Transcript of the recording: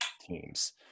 teams